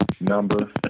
number